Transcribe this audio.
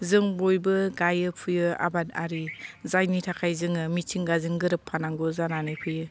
जों बयबो गायो फुयो आबादारि जायनि थाखाय जोङो मिथिंगाजों गोरोबफानांगौ जानानै फैयो